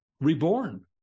reborn